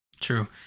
true